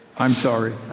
i'm sorry.